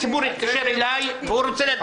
הציבור התקשר אליי והוא רוצה לדעת.